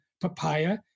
papaya